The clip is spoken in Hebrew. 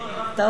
אתה רואה,